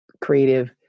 creative